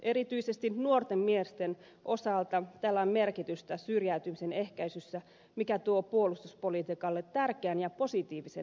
erityisesti nuorten miesten osalta tällä on merkitystä syrjäytymisen ehkäisyssä mikä tuo puolustuspolitiikalle tärkeän ja positiivisen erilaisen tehtävän